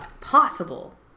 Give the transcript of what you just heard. possible